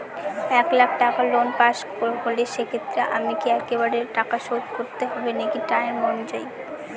এক লাখ টাকা loan pass হল সেক্ষেত্রে আমাকে কি একবারে টাকা শোধ করতে হবে নাকি টার্ম অনুযায়ী?